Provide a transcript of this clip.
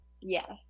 Yes